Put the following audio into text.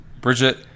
Bridget